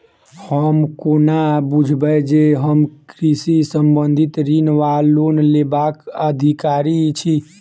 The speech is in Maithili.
हम कोना बुझबै जे हम कृषि संबंधित ऋण वा लोन लेबाक अधिकारी छी?